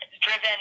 driven